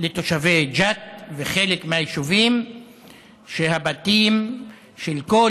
לתושבי ג'ת וחלק מהיישובים שהבתים של כל